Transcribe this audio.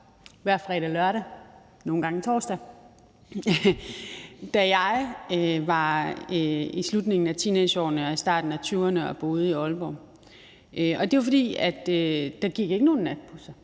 hver fredag og lørdag, nogle gange torsdag, da jeg var i slutningen af teenageårene og i starten af 20'erne og boede i Aalborg, og det var, fordi der ikke gik nogen natbusser,